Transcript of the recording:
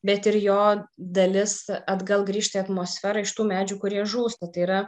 bet ir jo dalis atgal grįžti į atmosferą iš tų medžių kurie žūsta tai yra